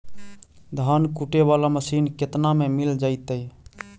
धान कुटे बाला मशीन केतना में मिल जइतै?